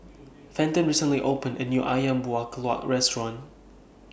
Fenton recently opened A New Ayam Buah Keluak Restaurant